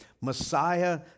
Messiah